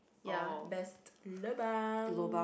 ya best lobang